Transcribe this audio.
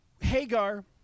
Hagar